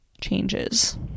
changes